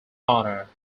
honor